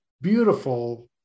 beautiful